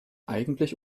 eigentlich